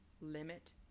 limit